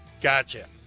Gotcha